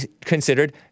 considered